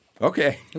Okay